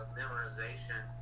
memorization